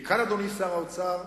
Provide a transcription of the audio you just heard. כי כאן, אדוני שר האוצר,